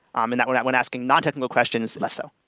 um and that when that when asking nontechnical questions, less so.